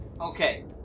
Okay